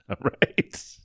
Right